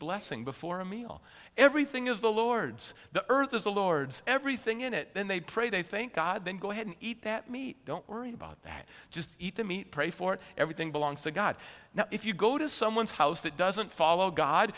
blessing before a meal everything is the lord's the earth is the lord's everything in it then they pray they think god then go ahead and eat at me don't worry about that just eat them eat pray for everything belongs to god now if you go to someone's house that doesn't follow god